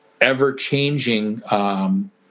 ever-changing